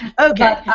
Okay